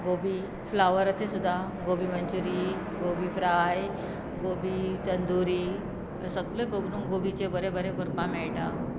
गोबी फ्लावराचे सुद्दां गोबी मंच्युरियेन गोबी फ्राय गोबी तंदुरी सगले गोबर गोबीचे बरे बरे करपाक मेळटा